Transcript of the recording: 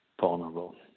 vulnerable